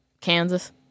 Kansas